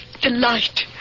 delight